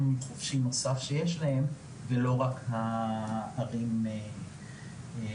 חופשי נוסף שיש להם ולא רק הערים החזקות.